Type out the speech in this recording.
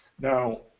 Now